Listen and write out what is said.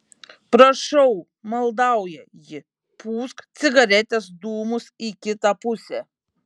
prašau maldauja ji pūsk cigaretės dūmus į kitą pusę